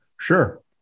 Sure